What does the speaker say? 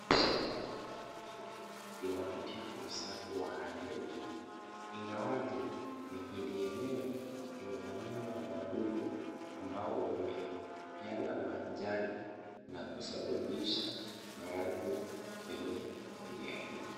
Shamba la mahindi linavutia kwa usafi wa hali ya juu. Ingawaje, mihindi yenyewe, imevamiwa na wadudu ambao wameyala majani, na kusababisha maradhi kwenye mimea hiyo.